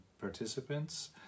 participants